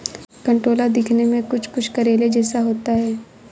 कंटोला दिखने में कुछ कुछ करेले जैसा होता है